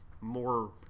more